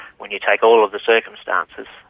when you take all of the circumstances,